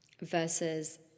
versus